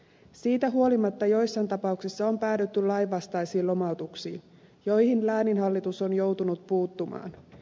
siitä huolimatta joissain tapauksissa on päädytty lainvastaisiin lomautuksiin joihin lääninhallitus on joutunut puuttumaan